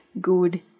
good